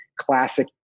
classic